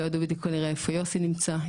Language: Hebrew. לא ידעו בדיוק כנראה איפה יוסי נמצא,